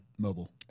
mobile